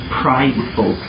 prideful